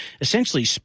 essentially